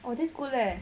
oh that's good leh